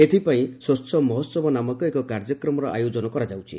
ଏଥିପାଇଁ 'ସ୍ୱଚ୍ଛ ମହୋହବ' ନାମକ ଏକ କାର୍ଯ୍ୟକ୍ରମର ଆୟୋଜନ କରାଯାଉଛି